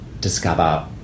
discover